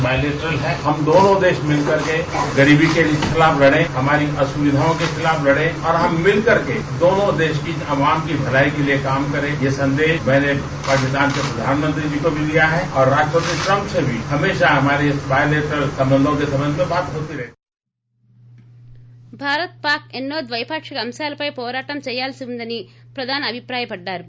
byte Modi Bharat Pak ఎన్నో ద్వైపాణిక అంశాలపై పోరాటం చేయాల్సి ఉందని ప్రధాని అభిప్రాయపడ్డారు